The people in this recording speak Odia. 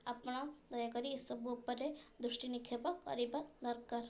ଆପଣ ଦୟାକରି ଏସବୁ ଉପରେ ଦୃଷ୍ଟି ନିକ୍ଷେପ କରିବା ଦରକାର